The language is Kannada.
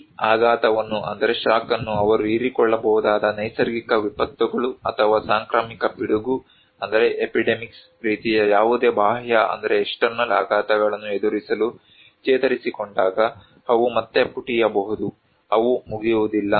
ಈ ಆಘಾತವನ್ನು ಅವರು ಹೀರಿಕೊಳ್ಳಬಹುದಾದ ನೈಸರ್ಗಿಕ ವಿಪತ್ತುಗಳು ಅಥವಾ ಸಾಂಕ್ರಾಮಿಕ ಪಿಡುಗು ರೀತಿಯ ಯಾವುದೇ ಬಾಹ್ಯ ಆಘಾತಗಳನ್ನು ಎದುರಿಸಲು ಚೇತರಿಸಿಕೊಂಡಾಗ ಅವು ಮತ್ತೆ ಪುಟಿಯಬಹುದು ಅವು ಮುಗಿಯುವುದಿಲ್ಲ